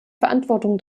verantwortung